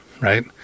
right